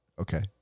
Okay